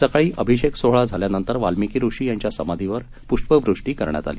सकाळी अभिषेक सोहळा झाल्यानतंर वाल्मिकी ऋषी यांच्या समाधीवर पुष्पवृष्टी करण्यात आली